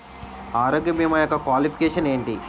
ఆరోగ్య భీమా యెక్క క్వాలిఫికేషన్ ఎంటి?